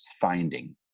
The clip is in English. finding